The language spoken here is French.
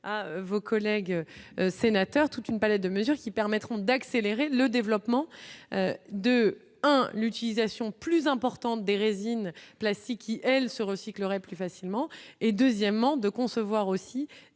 à vos collègues sénateurs toute une palette de mesures qui permettront d'accélérer le développement de hein l'utilisation plus importante des résines plastiques qui elle se recycle auraient plus facilement et, deuxièmement, de concevoir aussi